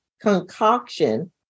concoction